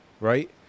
right